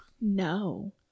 No